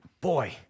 Boy